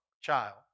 child